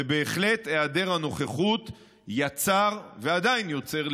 ובהחלט היעדר הנוכחות יצר ועדיין יוצר,